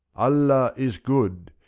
allah is good!